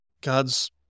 God's